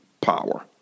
power